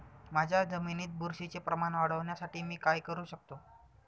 माझ्या जमिनीत बुरशीचे प्रमाण वाढवण्यासाठी मी काय करू शकतो?